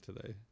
today